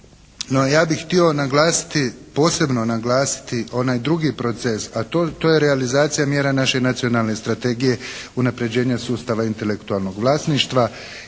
naglasiti, posebno naglasiti onaj drugi proces a to je realizacija mjera naše nacionalne strategije unapređenja sustava intelektualnog vlasništva